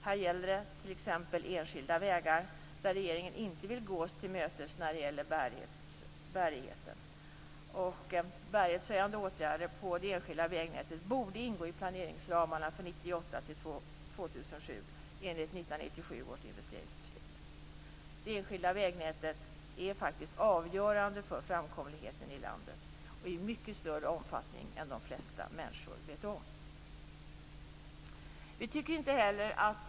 Det gäller t.ex. enskilda vägar, där regeringen inte vill gå oss till mötes vad beträffar bärigheten. Bärighetshöjande åtgärder på det enskilda vägnätet borde ingå i planeringsramarna för åren 1998-2007 enligt 1997 års investeringsbeslut. Det enskilda vägnätet är faktiskt avgörande för framkomligheten i landet i mycket större omfattning än de flesta människor vet om.